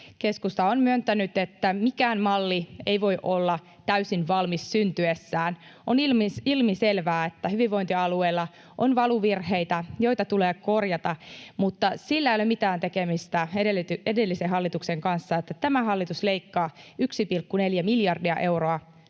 Keskusta on myöntänyt, että mikään malli ei voi olla täysin valmis syntyessään. On ilmiselvää, että hyvinvointialueilla on valuvirheitä, joita tulee korjata, mutta sillä ei ole mitään tekemistä edellisen hallituksen kanssa, että tämä hallitus leikkaa 1,4 miljardia euroa